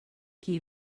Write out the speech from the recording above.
qui